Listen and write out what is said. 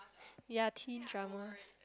ya teen dramas